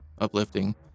uplifting